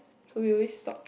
so we always stop